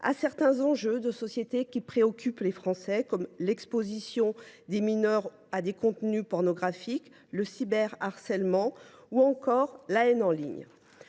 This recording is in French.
à certains enjeux de société qui préoccupent les Français, tels que l’exposition des mineurs à des contenus pornographiques, le cyberharcèlement et la haine en ligne.